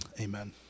Amen